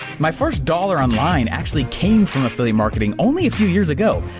my first dollar online actually came from affiliate marketing only a few years ago.